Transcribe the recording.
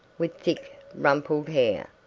with thick rumpled hair.